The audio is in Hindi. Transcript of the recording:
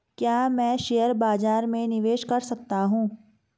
क्या मैं शेयर बाज़ार में निवेश कर सकता हूँ?